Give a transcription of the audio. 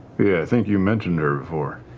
yeah, i think you mentioned her before.